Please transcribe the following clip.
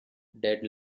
dead